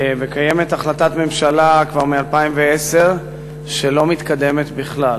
וקיימת החלטת ממשלה כבר מ-2010 שלא מתקדמת בכלל.